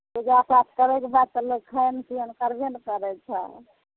पूजा पाठ करैके बाद तऽ लोक खान पिअन करबे ने करै छै